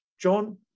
John